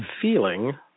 feeling